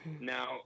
Now